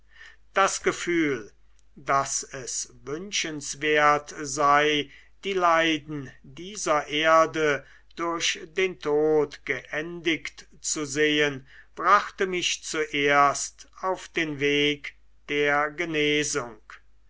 das gefühl daß es wünschenswert sei die leiden dieser erde durch den tod geendigt zu sehen brachte mich zuerst auf den weg der genesung